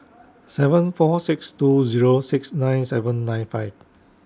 seven four six two Zero six nine seven nine five